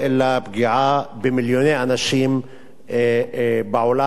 אלא פגיעה במיליוני אנשים בעולם,